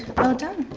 well done.